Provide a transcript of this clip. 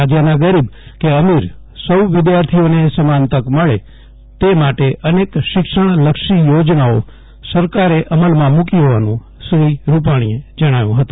રાજયના ગરીબ કે અમીર સૌ વિદ્યાર્થીઓને સમાન તક મળે તે માટે અનેક શિક્ષણ લક્ષી યોજનાઓ સરકારે અમલમાં મૂકી હોવાનું શ્રી રૂપાણીએ જણાવ્યું હતું